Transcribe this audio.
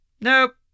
Nope